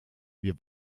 wir